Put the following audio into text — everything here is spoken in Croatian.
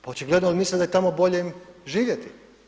Pa očigledno jer misle da je tamo bolje im živjeti.